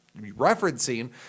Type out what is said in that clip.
referencing